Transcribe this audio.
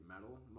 metal